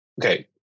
okay